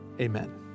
amen